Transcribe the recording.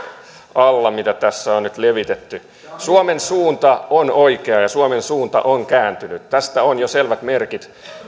synkkyys mitä tässä on nyt levitetty suomen suunta on oikea ja suomen suunta on kääntynyt tästä on jo selvät merkit